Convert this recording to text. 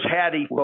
Hattie